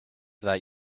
that